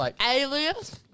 Alias